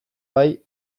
bai